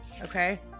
Okay